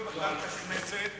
חובה של אורך קדנציה,